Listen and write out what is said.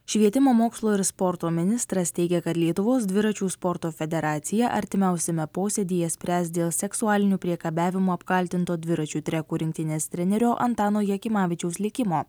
švietimo mokslo ir sporto ministras teigia kad lietuvos dviračių sporto federacija artimiausiame posėdyje spręs dėl seksualiniu priekabiavimu apkaltinto dviračių treko rinktinės trenerio antano jakimavičiaus likimo